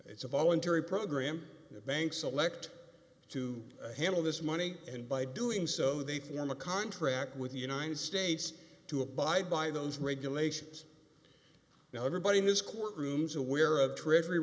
it's a voluntary program the banks select to handle this money and by doing so they form a contract with the united states to abide by those regulations now everybody has court rooms aware of tr